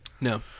No